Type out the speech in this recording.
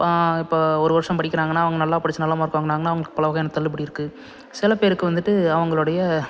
இப்போ ஒரு வருஷம் படிக்கிறாங்கன்னா அவங்க நல்லா படித்து நல்ல மார்க் வாங்கினாங்கன்னா அவங்களுக்கு பல வகையான தள்ளுபடி இருக்குது சில பேருக்கு வந்துட்டு அவங்களோடைய